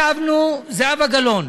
זהבה גלאון,